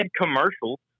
commercials